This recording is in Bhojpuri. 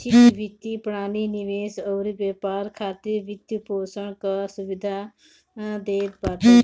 वैश्विक वित्तीय प्रणाली निवेश अउरी व्यापार खातिर वित्तपोषण कअ सुविधा देत बाटे